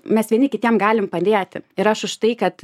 mes vieni kitiem galim padėti ir aš už tai kad